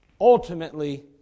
Ultimately